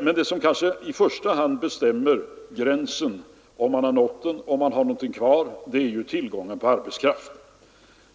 men det som kanske i första hand bestämmer gränsen — om man har nått den eller om man har någonting kvar — är tillgången på arbetskraft.